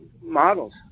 models